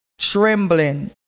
trembling